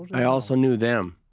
i also knew them.